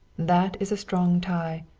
that is a strong tie.